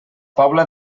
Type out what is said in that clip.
pobla